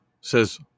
says